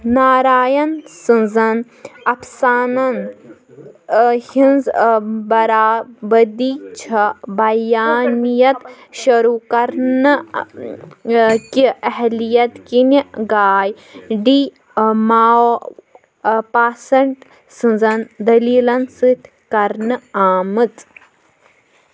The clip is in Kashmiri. ناراین سٕنٛزن افسانن ہِنٛز برابٔدی چھےٚ، بیانِیت شروٗع كرنہٕ كہِ اہلِیت كِنہِ ، گائے ڈی ماوپاسنٹ سٕنٛزن دٔلیٖلَن سۭتۍ کٔرنہٕ آمٕژ